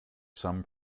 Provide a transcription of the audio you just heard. some